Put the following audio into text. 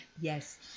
Yes